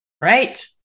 Right